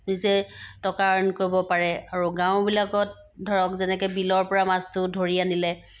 নিজে টকা আৰ্ণ কৰিব পাৰে আৰু গাঁওবিলাকত ধৰক যেনেকৈ বিলৰ পৰা মাছটো ধৰি আনিলে